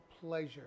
pleasure